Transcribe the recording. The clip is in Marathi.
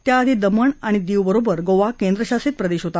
त्याआधी दमण आणि दीवबरोबर गोवा केंद्रशासित प्रदेश होता